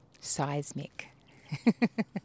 seismic